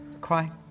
Cry